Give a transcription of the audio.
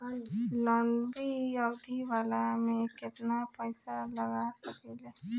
लंबी अवधि वाला में केतना पइसा लगा सकिले?